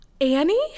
Annie